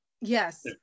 yes